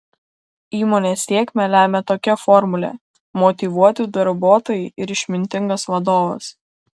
įmonės sėkmę lemią tokia formulė motyvuoti darbuotojai ir išmintingas vadovas